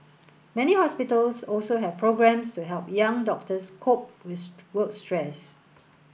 many hospitals also have programmes to help young doctors cope with work stress